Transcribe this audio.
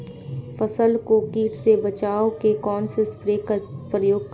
फसल को कीट से बचाव के कौनसे स्प्रे का प्रयोग करें?